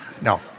No